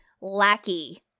Lackey